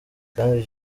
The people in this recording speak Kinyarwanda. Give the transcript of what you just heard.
kandi